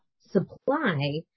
supply